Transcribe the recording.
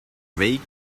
vell